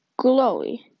glowy